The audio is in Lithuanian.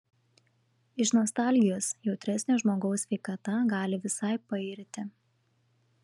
iš nostalgijos jautresnio žmogaus sveikata gali visai pairti